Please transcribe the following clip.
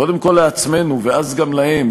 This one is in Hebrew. קודם כול לעצמנו ואז גם להם,